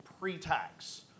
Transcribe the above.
pre-tax